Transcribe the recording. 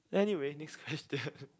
anyway next question